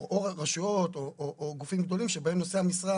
או גופים גדולים שבהם נושאי המשרה